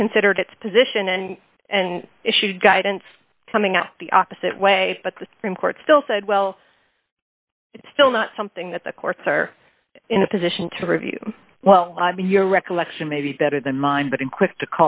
reconsidered its position and and issued guidance coming out the opposite way but the supreme court still said well it's still not something that the courts are in a position to review well your recollection may be better than mine but i'm quick to